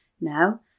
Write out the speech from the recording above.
Now